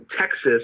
Texas